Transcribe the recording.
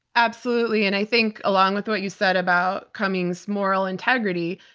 absolutely, and i think along with what you said about cummings moral integrity,